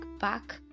back